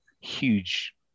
huge